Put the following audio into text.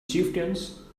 chieftains